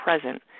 present